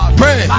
pray